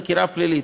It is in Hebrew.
חקירה פלילית.